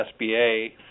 SBA